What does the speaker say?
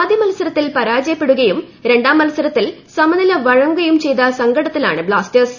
ആദ്യ മത്സരത്തിൽ പരാജയപ്പെടുകയും രണ്ട്രാർ മത്സരത്തിൽ സമനില വഴങ്ങുകയും ചെയ്ത സങ്കടത്തിലിറ്റ് ബ്ലാസ്റ്റേഴ്സ്